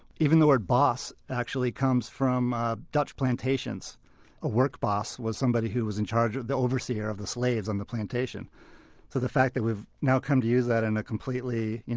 even the word boss actually comes from ah dutch plantations a work boss was somebody who was in charge of, the overseer of the slaves on the plantation. so the fact that we've now come to use that in a completely,